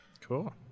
Cool